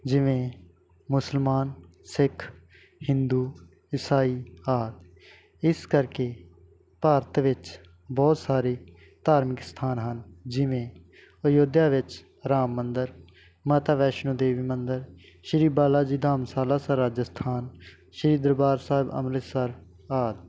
ਜਿਵੇਂ ਮੁਸਲਮਾਨ ਸਿੱਖ ਹਿੰਦੂ ਇਸਾਈ ਆਦਿ ਇਸ ਕਰਕੇ ਭਾਰਤ ਵਿੱਚ ਬਹੁਤ ਸਾਰੇ ਧਾਰਮਿਕ ਸਥਾਨ ਹਨ ਜਿਵੇਂ ਅਯੋਧਿਆ ਵਿੱਚ ਰਾਮ ਮੰਦਰ ਮਾਤਾ ਵੈਸ਼ਨੂੰ ਦੇਵੀ ਮੰਦਰ ਸ੍ਰੀ ਬਾਲਾ ਜੀ ਧਾਮਸ਼ਾਲਾ ਸਰ ਰਾਜਸਥਾਨ ਸ੍ਰੀ ਦਰਬਾਰ ਸਾਹਿਬ ਅੰਮ੍ਰਿਤਸਰ ਆਦਿ